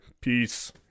peace